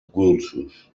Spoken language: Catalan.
cursos